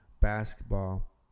basketball